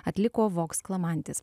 atliko voks klamantis